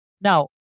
Now